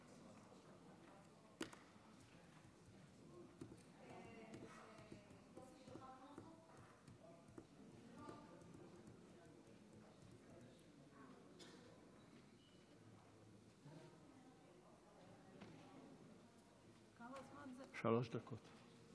שלוש דקות.